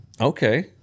Okay